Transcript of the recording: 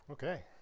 Okay